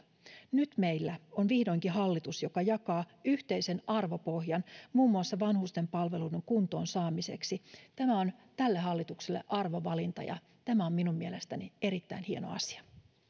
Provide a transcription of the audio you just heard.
nyt meillä on vihdoinkin hallitus joka jakaa yhteisen arvopohjan muun muassa vanhusten palveluiden kuntoon saamiseksi tämä on tälle hallitukselle arvovalinta ja tämä on minun mielestäni erittäin hieno asia